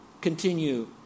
continue